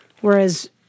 whereas